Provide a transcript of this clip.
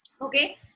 Okay